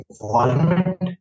involvement